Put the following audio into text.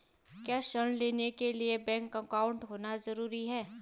क्या ऋण लेने के लिए बैंक अकाउंट होना ज़रूरी है?